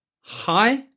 Hi